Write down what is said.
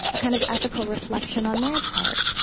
a kind of ethical reflection on their part.